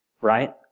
right